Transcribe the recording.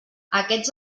aquests